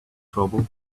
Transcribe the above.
trouble